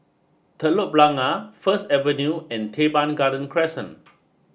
Telok Blangah First Avenue and Teban Garden Crescent